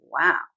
Wow